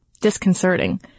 disconcerting